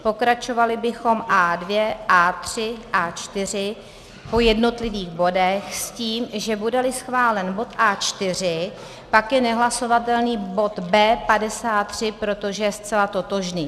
Pokračovali bychom A2, A3, A4 po jednotlivých bodech s tím, že budeli schválen bod A4, pak je nehlasovatelný bod B53, protože je zcela totožný.